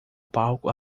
palco